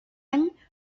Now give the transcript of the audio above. any